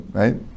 right